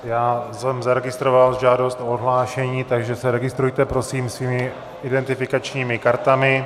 Já jsem zaregistroval žádost o odhlášení, takže se registrujte prosím svými identifikačními kartami.